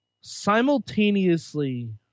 simultaneously